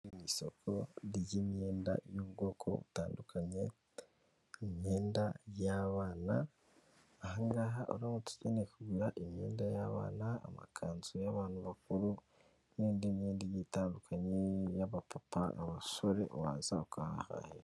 Isoko ry'imyenda y'ubwoko butandukanye, imyenda y'abana aha ngaha uramutse ukeneye kugura imyenda y'abana amakanzu y'abantu bakuru n'indi myenda igiye itandukanye, y'abapapa abasore waza ukahahira.